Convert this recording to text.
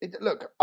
look